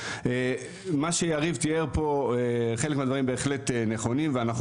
מה שיריב תיאר פה חלק מהדברים בהחלט נכונים ואנחנו